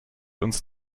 uns